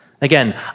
again